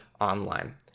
online